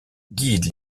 guide